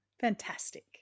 Fantastic